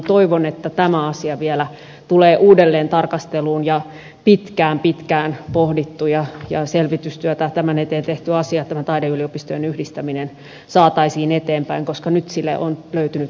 toivon että tämä asia vielä tulee uudelleentarkasteluun ja pitkään pitkään on pohdittu ja selvitystyötä tämän asian eteen tehty taideyliopistojen yhdistäminen saataisiin eteenpäin koska nyt sille on löytynyt tahtotila